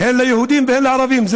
הן ליהודים והן לערבים.